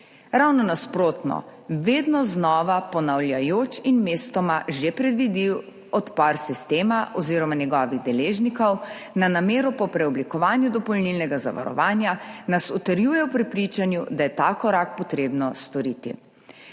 ravno nasprotno. Vedno znova ponavljajoč in mestoma že predviden odpor sistema oziroma njegovih deležnikov na namero po preoblikovanju dopolnilnega zavarovanja nas utrjuje v prepričanju, da je treba storiti